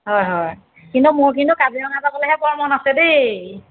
হয় হয় কিন্তু মোৰ কিন্তু কাজিৰঙা যাবলৈহে বৰ মন আছে দেই